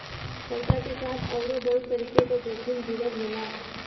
पइसा के साथ आउरो बहुत तरीके क जोखिम जुड़ल होला